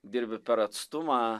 dirbi per atstumą